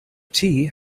tea